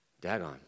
Dagon